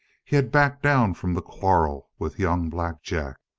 he had backed down from the quarrel with young black jack.